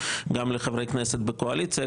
גם לחברי כנסת בקואליציה,